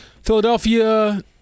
Philadelphia